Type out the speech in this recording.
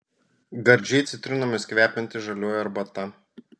gardžiai citrinomis kvepianti žalioji arbata